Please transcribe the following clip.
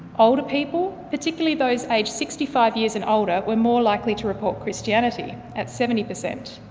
older people, particularly those aged sixty five years and older, were more likely to report christianity, at seventy per cent.